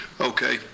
Okay